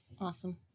Awesome